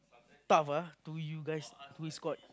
tough ah to you guys to escort